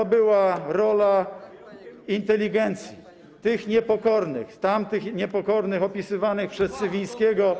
To była rola inteligencji, tych niepokornych, tamtych niepokornych opisywanych przez Cywińskiego.